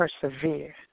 persevere